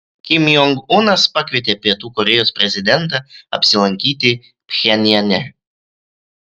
kim jong unas pakvietė pietų korėjos prezidentą apsilankyti pchenjane